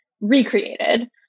recreated